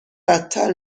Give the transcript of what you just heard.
بدتر